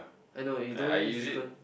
I know already you don't use frequent